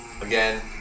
Again